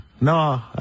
no